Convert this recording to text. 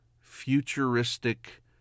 futuristic